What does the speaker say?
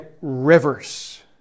rivers